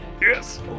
Yes